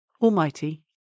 Almighty